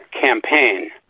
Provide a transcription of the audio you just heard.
campaign